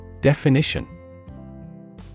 Definition